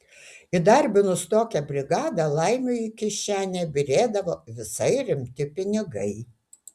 įdarbinus tokią brigadą laimiui į kišenę byrėdavo visai rimti pinigai